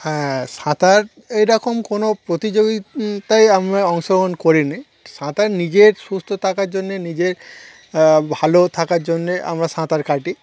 হ্যাঁ সাঁতার এরকম কোনো প্রতিযোগিতায় আমরা অংশগ্রহণ করিনি সাঁতার নিজের সুস্থ থাকার জন্যে নিজের ভালো থাকার জন্যে আমরা সাঁতার কাটি